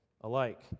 alike